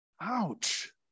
Ouch